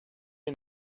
and